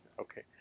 Okay